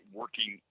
working